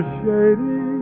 shady